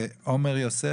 עומר יוסף,